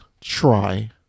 try